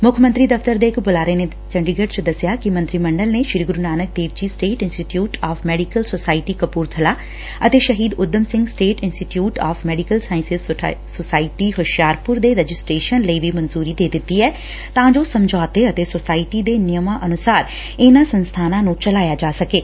ਮੁੱਖ ਮੰਤਰੀ ਦਫ਼ਤਰ ਦੇ ਇਕ ਬੁਲਾਰੇ ਨੇ ਚੰਡੀਗੜ੍ਰ ਚ ਦਸਿਆ ਕਿ ਮੰਤਰੀ ਮੰਡਲ ਨੇ Shri Guru Nanak Dev ji state institute of medical society Kapurthala ਅਤੇ Shaheed Udham Singh state institute of medical sciences society Hoshiarpur ਦੇ ਰਜਿਸਟਰੇਸ਼ਨ ਲਈ ਵੀ ਮਨਜੁਰੀ ਦੇ ਦਿੱਤੀ ਐ ਤਾ ਜੋ ਸਮਝੌਤੇ ਅਤੇ ਸੋਸਾਇਟੀ ਦੇ ਨਿਯਮਾ ਅਨੁਸਾਰ ਇਨਾਂ ਸੰਸਬਾਨਾਂ ਨੂੰ ਚਲਾਇਆ ਜਾ ਸਕੇ